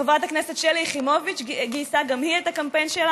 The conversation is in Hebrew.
חברת הכנסת שלי יחימוביץ גייסה גם היא את הקמפיין שלה,